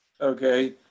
okay